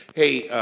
hey,